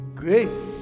grace